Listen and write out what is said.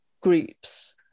groups